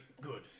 good